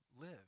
live